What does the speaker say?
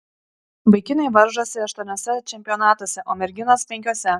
vaikinai varžosi aštuoniuose čempionatuose o merginos penkiuose